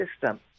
system